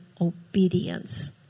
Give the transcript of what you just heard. obedience